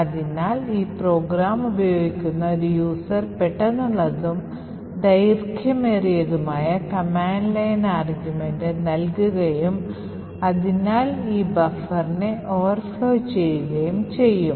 അതിനാൽ ഈ പ്രോഗ്രാം ഉപയോഗിക്കുന്ന ഒരു user പെട്ടെന്നുള്ളതും ദൈർഘ്യമേറിയതുമായ കമാൻഡ് ലൈൻ ആർഗ്യുമെൻറ് നൽകുകയും അതിനാൽ ഈ ബഫറിനെ കവിഞ്ഞൊഴുകുകയും ചെയ്യും